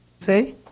Say